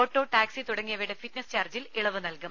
auto taxi തുടങ്ങിയവയുടെ fitness ചാർജ്ജിൽ ഇളവ് നൽകും